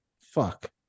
fuck